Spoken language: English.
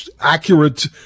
accurate